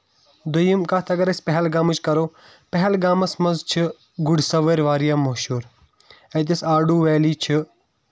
دۄیِم کَتھ اَگر أسۍ پہلگامٕچ کَرو پہلگامَس منٛز چھِ گرۍ سَوٲر واریاہ مہشوٗر أکِس آڈو ویلی چھِ